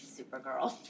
Supergirl